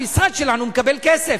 המשרד שלנו מקבל כסף.